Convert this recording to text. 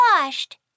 washed